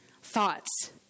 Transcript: thoughts